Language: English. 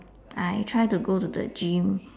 I try to go to the gym